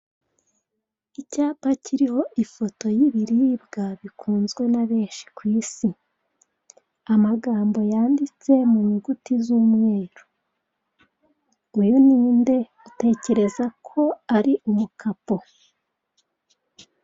Icyapa kiriho ifoto y'ibiribwa bikunzwe na benshi ku isi, amagambo yanditse mu nyuguti z'umweru, "uyu ninde utekereza ko ari umukapo?"